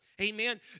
Amen